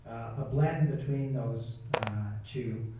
ah a blend between those two.